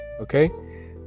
Okay